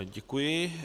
Děkuji.